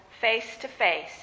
face-to-face